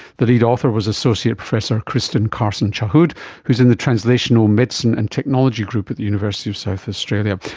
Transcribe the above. the lead author was associate professor kristin carson-chahhoud who is in the translational medicine and technology group at the university of south australia.